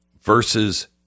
versus